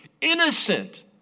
innocent